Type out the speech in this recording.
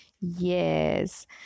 Yes